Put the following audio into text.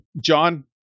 John